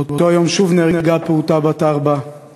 באותו היום שוב נהרגה פעוטה בת ארבע,